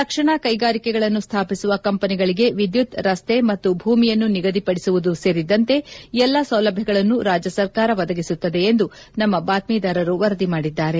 ರಕ್ಷಣಾ ಕೈಗಾರಿಕೆಗಳನ್ನು ಸ್ವಾಪಿಸುವ ಕಂಪನಿಗಳಿಗೆ ವಿದ್ಯುತ್ ರಸ್ತೆ ಮತ್ತು ಭೂಮಿಯನ್ನು ನಿಗದಿಪಡಿಸುವುದು ಸೇರಿದಂತೆ ಎಲ್ಲಾ ಸೌಲಭ್ಯಗಳನ್ನು ರಾಜ್ಯ ಸರ್ಕಾರ ಒದಗಿಸುತ್ತದೆ ಎಂದು ನಮ್ನ ಬಾತ್ತೀದಾರರು ವರದಿ ಮಾಡಿದ್ದಾರೆ